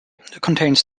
contains